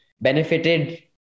benefited